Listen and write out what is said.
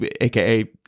AKA